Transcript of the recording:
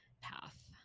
path